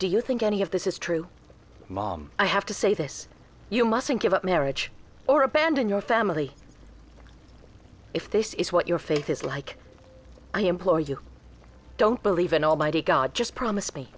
do you think any of this is true mom i have to say this you mustn't give up marriage or abandon your family if this is what your faith is like i implore you don't believe in almighty god just promise me